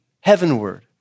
heavenward